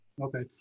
Okay